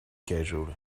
casually